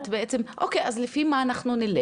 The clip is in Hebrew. אז לפי מה אנחנו נלך?